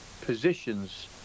positions